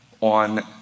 on